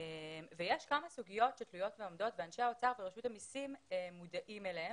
ויש כמה סוגיות שתלויות ועומדות ואנשי האוצר ורשות המסים מודעים אליהם.